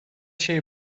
şey